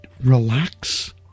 relax